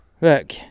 Look